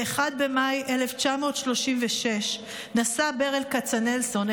ב-1 במאי 1936 נשא ברל כצנלסון,